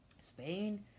Spain